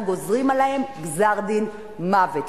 אנחנו גוזרים עליהם גזר-דין מוות.